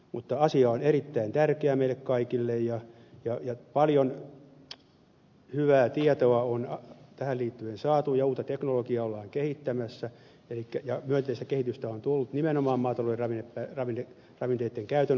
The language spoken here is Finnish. mutta asia on erittäin tärkeä meille kaikille ja paljon hyvää tietoa on tähän liittyen saatu uutta teknologiaa ollaan kehittämässä ja myönteistä kehitystä on tullut nimenomaan maatalouden ravinteitten käytön osalta